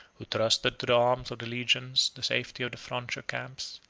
who trusted to the arms of the legions the safety of the frontier camps,